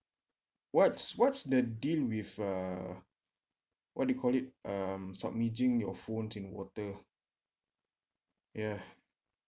what's what's the deal with uh what do you call it um submerging your phone in water ya